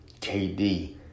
KD